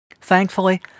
Thankfully